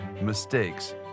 mistakes